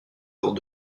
lors